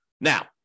Now